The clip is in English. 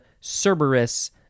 Cerberus